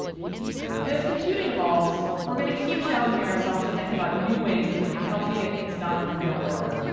and, as computing evolves, we're going to keep challenging ourselves to think of new ways that we can help you get things done in the real world.